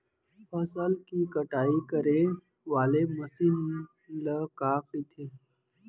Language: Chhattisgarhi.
फसल की कटाई करे वाले मशीन ल का कइथे?